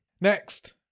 Next